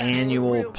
annual